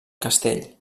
castell